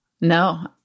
no